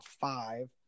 five